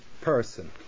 person